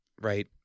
Right